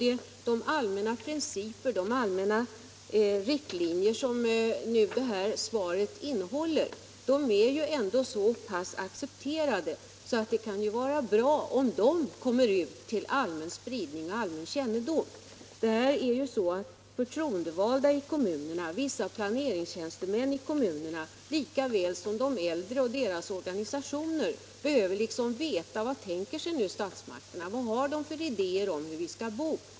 De allmänna principer, de allmänna riktlinjer som svaret innehåller är ju ändå så pass accepterade att det kunde vara bra om de gavs allmän spridning. De förtroendevalda i kommunerna och vissa planeringstjänstemän i kommunerna behöver lika väl som de äldre och deras organisationer veta vad statsmakterna tänker sig, vilka idéer de har om hur de äldre skall bo.